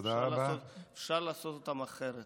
אפשר לעשות אותם אחרת.